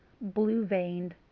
blue-veined